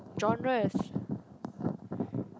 genres